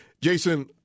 Jason